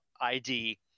ID